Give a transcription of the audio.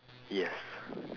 yes